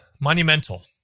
monumental